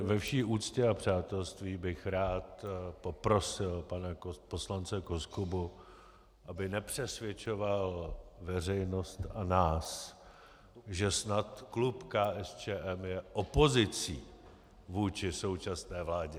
Ve vší úctě a přátelství bych rád poprosil pana poslance Koskubu, aby nepřesvědčoval veřejnost a nás, že snad klub KSČM je opozicí vůči současné vládě.